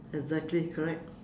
exactly correct